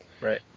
Right